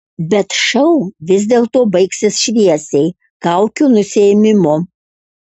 bet šou vis dėlto baigsis šviesiai kaukių nusiėmimu